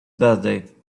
birthday